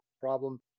problem